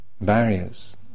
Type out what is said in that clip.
Barriers